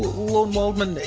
lorne waldman,